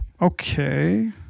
Okay